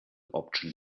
option